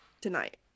tonight